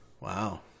Wow